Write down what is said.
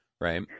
Right